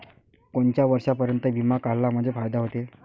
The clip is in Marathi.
कोनच्या वर्षापर्यंत बिमा काढला म्हंजे फायदा व्हते?